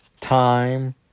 time